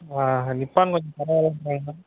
ஆ நிப்பான் கொஞ்சம் பரவாயில்லைன்னு சொன்னாங்கண்ணா